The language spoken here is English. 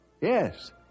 Yes